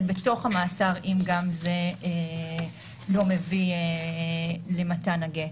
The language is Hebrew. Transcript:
בתוך המאסר אם גם זה לא מביא למתן הגט.